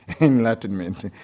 enlightenment